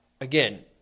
again